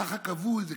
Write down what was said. ככה קבעו את זה,